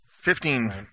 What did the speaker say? Fifteen